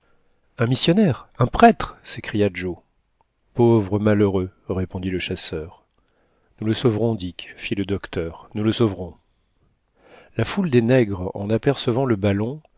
un missionnaire un prêtre s écria joe pauvre malheureux répondit le chasseur nous le sauverons dick fit le docteur nous le sauverons la foule des nègres en apercevant le ballon